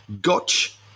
Gotch